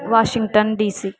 Washington DC